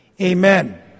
Amen